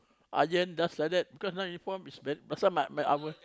iron just like that cause now uniform is very last time ah our